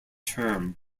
term